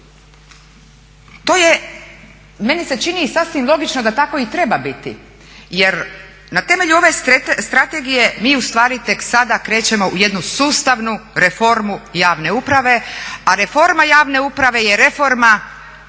To je, meni se čini sasvim logično da tako i treba biti. Jer na temelju ove strategije mi u stvari tek sada krećemo u jednu sustavnu reformu javne uprave, a reforma javne uprave je reforma